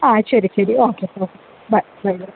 ആ ശരി ശരി okay okay bye bye by